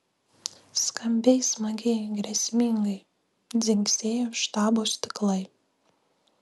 skambiai smagiai grėsmingai dzingsėjo štabo stiklai